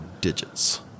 digits